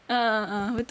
ah ah ah betul